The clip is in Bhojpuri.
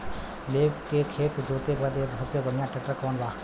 लेव के खेत जोते बदे सबसे बढ़ियां ट्रैक्टर कवन बा?